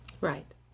Right